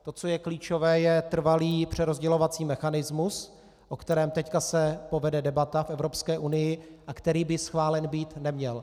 To, co je klíčové, je trvalý přerozdělovací mechanismus, o kterém se teď povede debata v Evropské unii a který by schválen být neměl.